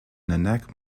nanak